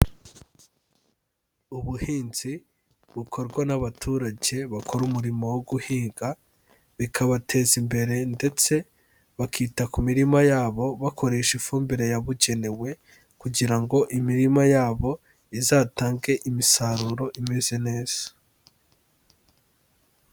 Ubuhinzi bukorwa n'abaturage bakora umurimo wo guhiga, bikabateza imbere ndetse bakita ku mirima yabo bakoresha ifumbire yabugenewe, kugira ngo imirima yabo izatange imisaruro imeze neza.